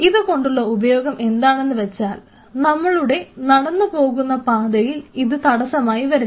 ഇത് കൊണ്ടുള്ള ഉപയോഗം എന്താണെന്ന് വെച്ചാൽ നമ്മളുടെ നടന്നുപോകുന്ന പാതയില് ഇത് തടസ്സമായി വരില്ല